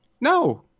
No